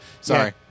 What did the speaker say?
sorry